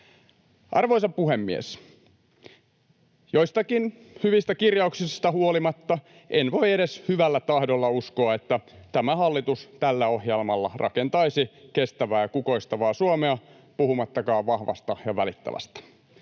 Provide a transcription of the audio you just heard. Arvoisa puhemies! Joistakin hyvistä kirjauksista huolimatta en voi edes hyvällä tahdolla uskoa, että tämä hallitus tällä ohjelmalla rakentaisi kestävää ja kukoistavaa Suomea, puhumattakaan vahvasta ja välittävästä.